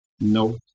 no